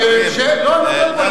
אני לא מדבר פוליטיקה.